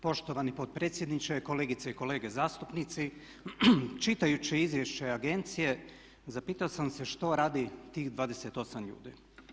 Poštovani potpredsjedniče, kolegice i kolege zastupnici čitajući izvješće agencije zapitao sam što radi tih 28 ljudi?